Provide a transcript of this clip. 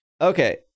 okay